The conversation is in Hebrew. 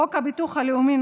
חוק הביטוח הלאומי ,